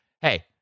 hey